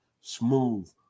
Smooth